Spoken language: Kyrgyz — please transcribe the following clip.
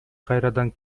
кайрадан